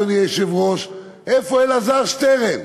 אדוני היושב-ראש: איפה אלעזר שטרן?